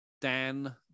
Dan